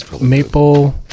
Maple